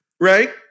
right